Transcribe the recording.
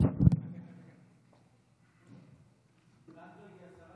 היא השרה